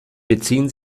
beziehen